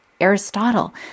Aristotle